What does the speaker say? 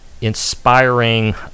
inspiring